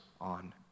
on